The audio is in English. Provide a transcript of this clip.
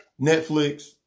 Netflix